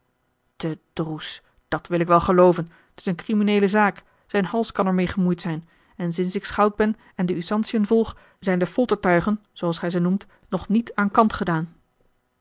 te droes dat wil ik wel gelooven t is een crimineele zaak zijn hals kan er meê gemoeid zijn en sinds ik schout ben en de usantiën volg zijn de foltertuigen zooals gij ze noemt nog niet aan kant gedaan